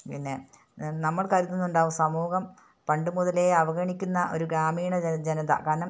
പിന്നെ നമ്മൾ കരുതുന്നുണ്ടാവും സമൂഹം പണ്ട് മുതലേ അവഗണിക്കുന്ന ഒരു ഗ്രാമീണ ജനത കാരണം